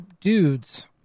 dudes